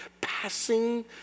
passing